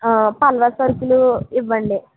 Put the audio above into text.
పళ్ళ సరుకులు ఇవ్వండి